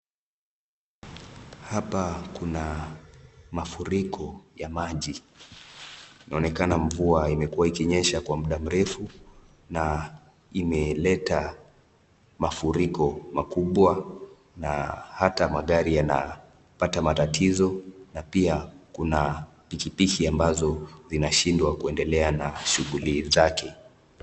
Hapa kuna mafuriko ya maji. Inaonekana mvua imekua ikinyesha kwa muda mrefu, na imeleta mafuriko makubwa na hata magari yanapata matatizo na pia, kuna pikipiki ambazo zinashindwa kuendelea na shughuli zake.